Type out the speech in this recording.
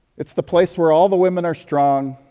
it's the place where all the women are strong,